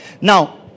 now